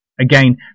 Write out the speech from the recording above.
Again